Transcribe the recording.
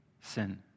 sin